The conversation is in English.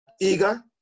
eager